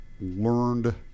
learned